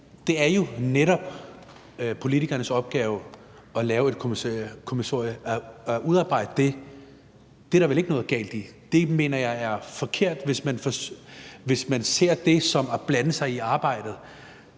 det er jo netop politikernes opgave at lave et kommissorium. At udarbejde det er der vel ikke noget galt i. Jeg mener, det er forkert, hvis man ser det som at blande sig i arbejdet.